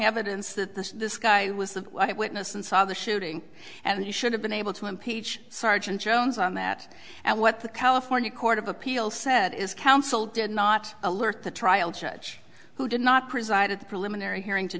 evidence that this this guy was a witness and saw the shooting and he should have been able to impeach sergeant jones on that and what the california court of appeal said is counsel did not alert the trial judge who did not preside at the preliminary hearing to